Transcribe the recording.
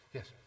Yes